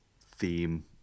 theme